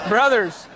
Brothers